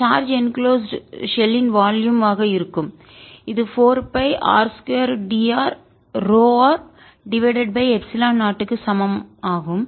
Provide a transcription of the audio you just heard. charge enclosed ஷெல்லின் volume மொத்த கொள்ளளவு வாக இருக்கும் இது 4 பைr 2drρ டிவைடட் பை எப்சிலன் 0 க்கு சமம் ஆகும்